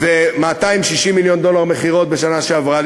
ו-260 מיליון דולר מכירות בשנה שעברה,